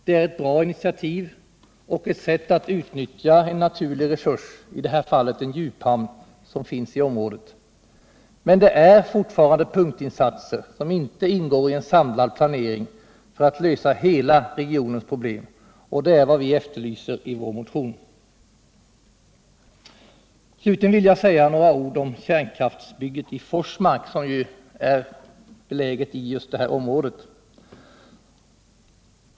Det är ett bra initiativ och ett sätt att utnyttja en naturlig resurs, i det här fallet en djuphamn som finns inom området. Men det handlar fortfarande om punktinsatser som inte ingår i en samlad planering för att lösa hela regionens problem, och det är vad vi efterlyser i vår motion. Slutligen vill jag säga några ord om kärnkraftsbygget i Forsmark, som ju är beläget i just det här området.